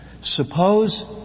Suppose